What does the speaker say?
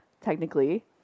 technically